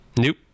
nope